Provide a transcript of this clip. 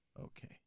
Okay